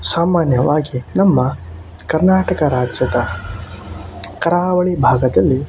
ಸಾಮಾನ್ಯವಾಗಿ ನಮ್ಮ ಕರ್ನಾಟಕ ರಾಜ್ಯದ ಕರಾವಳಿ ಭಾಗದಲ್ಲಿ